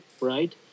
right